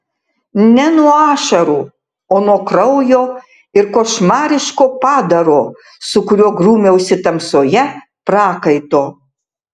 ne nuo ašarų o nuo kraujo ir košmariško padaro su kuriuo grūmiausi tamsoje prakaito